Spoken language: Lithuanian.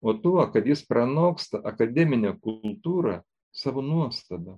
o tuo kad jis pranoksta akademinę kultūrą savo nuostaba